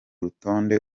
rutonde